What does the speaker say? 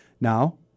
Now